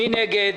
מי נגד?